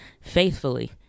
faithfully